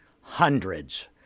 hundreds